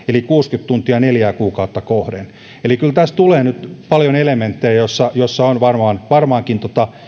eli kuusikymmentä tuntia neljää kuukautta kohden eli kyllä tässä tulee nyt paljon elementtejä joista on varmaankin